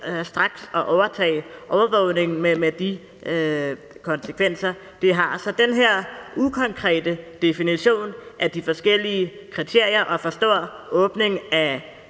straks overtage overvågningen med de konsekvenser, det har. Så den her ukonkrete definition af de forskellige kriterier og for stor en åbning af